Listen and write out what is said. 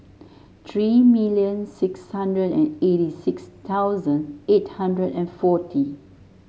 three million six hundred and eighty six thousand eight hundred and forty